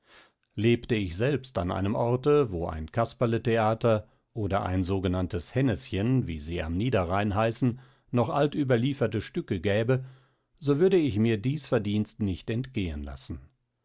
lebte ich selbst an einem orte wo ein casperletheater oder ein s g henneschen wie sie am niederrhein heißen noch altüberlieferte stücke gäbe so würde ich mir dieß verdienst nicht entgehen laßen